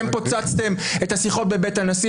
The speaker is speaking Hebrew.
אתם פוצצתם את השיחות בבית הנשיא,